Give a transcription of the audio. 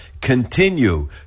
continue